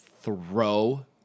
throw